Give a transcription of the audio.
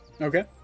Okay